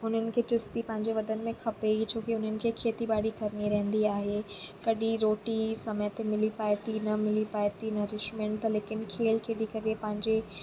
हुननि खे चुस्ती पंहिंजे बदन में खपे ई छो कि उन्हनि खेती ॿाड़ी करिणी रहंदी आहे कॾहिं रोटी समय ते मिली पाए थी न मिली पाए थी नर्शिमेंट त लेकिनि खेलु खेॾी करे पंहिंजे